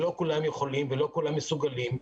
שלא כולם יכולים ולא כולם מסוגלים,